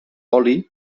oli